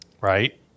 right